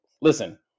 listen